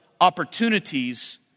Opportunities